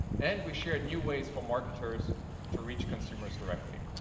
and we shared new ways for marketers to reach consumers directly.